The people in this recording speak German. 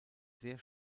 sehr